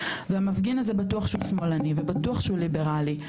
והמפגין הזה בטוח שהוא שמאלני ובטוח שהוא ליברלי,